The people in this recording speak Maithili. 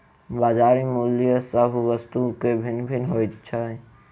बजार मूल्य सभ वस्तु के भिन्न भिन्न होइत छै